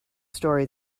story